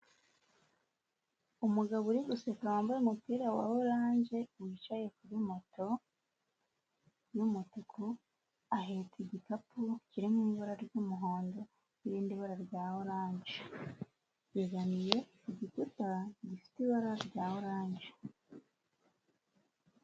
Umugabo uri guseka wambaye umupira wa oranje wicaye kuri moto y'umutuku, ahetse igikapu kiri mu ibara ry'umuhondo n'irindi bara rya oranje, begamiye igikuta gifite ibara rya oranje.